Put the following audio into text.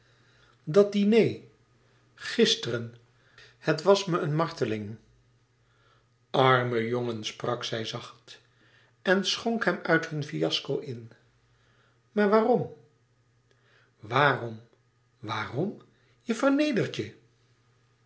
dat diner gisteren het was me een marteling arme jongen sprak zij zacht en schonk hem uit hun fiasco in maar waarom waarom waarom je vernedert je